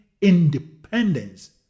independence